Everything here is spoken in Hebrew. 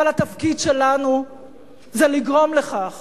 אבל התפקיד שלנו זה לגרום לכך